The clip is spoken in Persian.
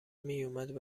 میومد